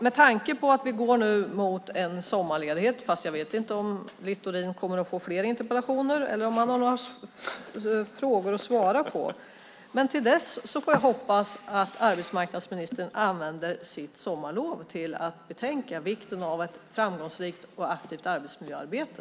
Med tanke på att vi nu går mot en sommarledighet - fast jag vet förstås inte om Littorin kommer att få fler interpellationer eller frågor att svara på - hoppas jag att arbetsmarknadsministern använder sitt sommarlov till att betänka vikten av ett framgångsrikt och aktivt arbetsmiljöarbete!